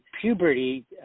puberty